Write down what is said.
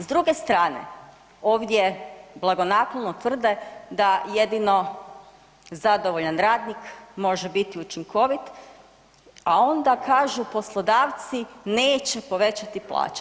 S druge strane, ovdje blagonaklono tvrde da jedino zadovoljan radnik može biti učinkovit, a onda kažu poslodavci neće povećati plaće.